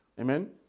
Amen